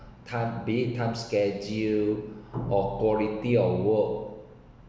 time big time schedule or quality of work